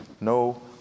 no